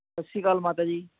ਸਤਿ ਸ਼੍ਰੀ ਅਕਾਲ ਮਾਤਾ ਜੀ